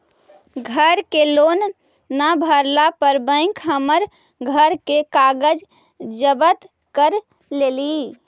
घर के लोन न भरला पर बैंक हमर घर के कागज जब्त कर लेलई